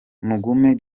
mugume